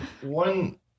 one